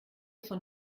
von